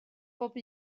bob